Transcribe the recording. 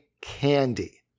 Candy